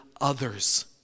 others